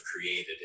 created